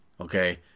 Okay